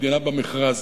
מדינה במכרז,